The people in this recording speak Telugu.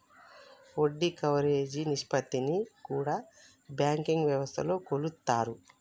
వడ్డీ కవరేజీ నిష్పత్తిని కూడా బ్యాంకింగ్ వ్యవస్థలో కొలుత్తారు